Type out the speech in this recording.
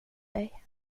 dig